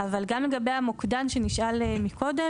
אבל גם לגבי המוקדן שנשאל מקודם,